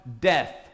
death